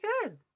good